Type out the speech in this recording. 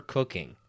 Cooking